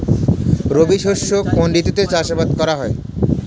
রবি শস্য কোন ঋতুতে চাষাবাদ করা হয়?